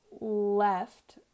left